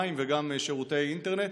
מים וגם שירותי אינטרנט,